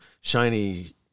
shiny